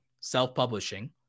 self-publishing